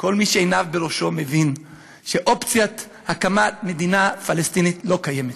כל מי שעיניו בראשו מבין שאופציית הקמת מדינה פלסטינית לא קיימת.